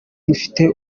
dufite